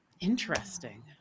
Interesting